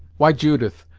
why, judith,